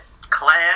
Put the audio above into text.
class